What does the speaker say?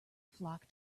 flock